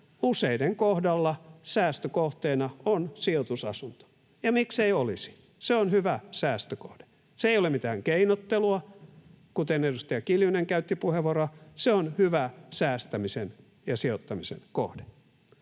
useiden kohdalla säästökohteena on sijoitusasunto. Ja miksei olisi? Se on hyvä säästökohde. Se ei ole mitään keinottelua — kuten edustaja Kiljunen käytti puheenvuoroa — se on hyvä säästämisen ja sijoittamisen kohde.